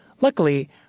Luckily